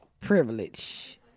privilege